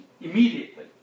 Immediately